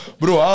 bro